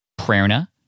Prerna